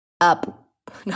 up